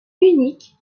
unique